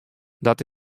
dat